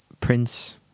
prince